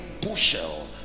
bushel